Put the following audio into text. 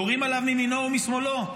יורים עליו מימינו ומשמאלו,